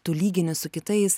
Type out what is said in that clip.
tu lygini su kitais